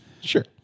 sure